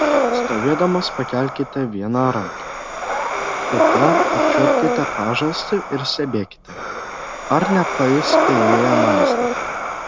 stovėdamos pakelkite vieną ranką kita apčiuopkite pažastį ir stebėkite ar nepajusite joje mazgo